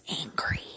angry